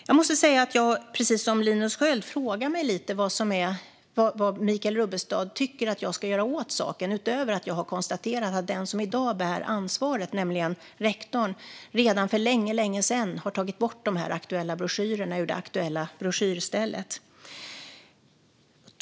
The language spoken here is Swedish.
Jag måste säga att jag, precis som Linus Sköld, undrar vad Michael Rubbestad tycker att jag ska göra åt saken, utöver att jag har konstaterat att den som i dag bär ansvaret, nämligen rektorn, för länge sedan har tagit bort de aktuella broschyrerna ur det aktuella broschyrstället.